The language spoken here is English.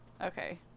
okay